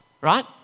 right